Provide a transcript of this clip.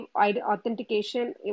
authentication